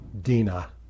Dina